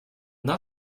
not